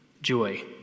joy